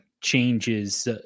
changes